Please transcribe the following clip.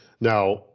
Now